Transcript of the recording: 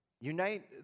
Unite